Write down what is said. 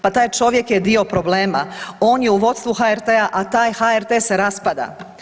Pa taj čovjek je dio problema, on je u vodstvu HRT-a, a taj HRT se raspada.